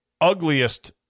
ugliest